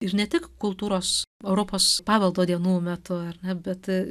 ir ne tik kultūros europos paveldo dienų metu ar ne bet